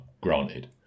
granted